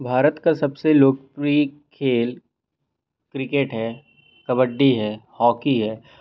भारत का सबसे लोकप्रिय खेल क्रिकेट है कबड्डी है हॉकी है